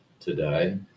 today